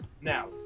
Now